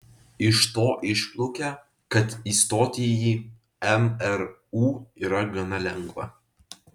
iš to išplaukia kad įstoti į mru yra gana lengva